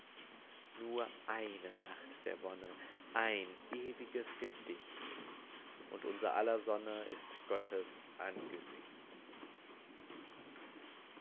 nur eine nacht der wonne ein ewiges gedicht und unser aller sonne ist gottes angesicht